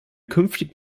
künftig